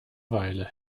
weile